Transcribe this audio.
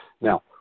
now